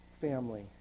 family